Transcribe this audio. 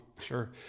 sure